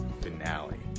finale